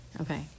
okay